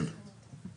לא, זה לא במאגר.